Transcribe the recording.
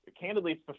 candidly